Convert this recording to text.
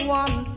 one